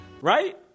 right